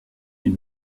une